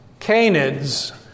canids